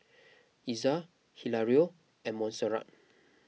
Iza Hilario and Montserrat